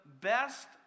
best